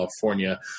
California